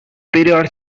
period